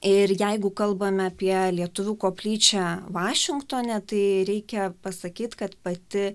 ir jeigu kalbame apie lietuvių koplyčią vašingtone tai reikia pasakyt kad pati